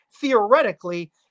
theoretically